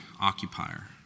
occupier